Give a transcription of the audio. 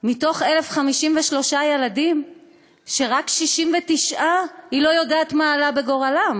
שמתוך 1,053 ילדים רק 69 היא לא יודעת מה עלה בגורלם.